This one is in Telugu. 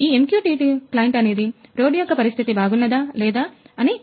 ఉదాహరణకు ఈ MQTT క్లైంట్ అనేది రోడ్డు యొక్క పరిస్థితి అని